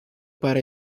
para